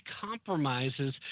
compromises